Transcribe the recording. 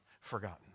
forgotten